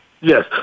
Yes